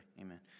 Amen